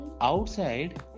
outside